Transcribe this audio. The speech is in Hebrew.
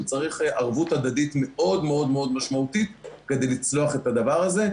צריך ערבות הדדית מאוד מאוד מאוד משמעותית כדי לצלוח את הדבר הזה,